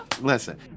listen